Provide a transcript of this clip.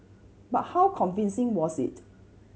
but how convincing was it